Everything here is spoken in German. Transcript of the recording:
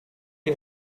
wir